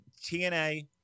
TNA